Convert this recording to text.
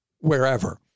wherever